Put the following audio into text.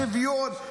שוויון,